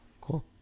cool